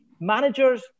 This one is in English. managers